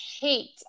hate